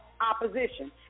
opposition